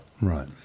Right